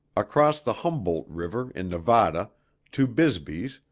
across the humboldt river in nevada to bisbys',